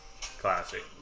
Classic